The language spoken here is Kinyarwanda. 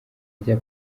rya